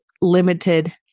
limited